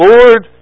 Lord